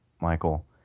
Michael